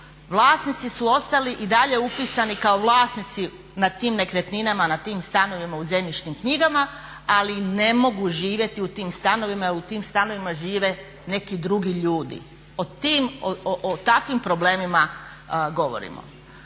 vlasnici su ostali i dalje upisani kao vlasnici nad tim nekretninama, nad tim stanovima u zemljišnim knjigama ali ne mogu živjeti u tim stanovima jer u tim stanovima žive neki drugi ljudi. O takvim problemima govorimo.